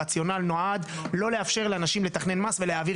הרציונל נועד למנוע מאנשים לתכנן מס ולהעביר